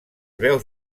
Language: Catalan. veus